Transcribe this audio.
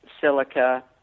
silica